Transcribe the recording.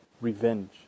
revenge